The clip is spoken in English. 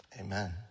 Amen